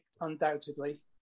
undoubtedly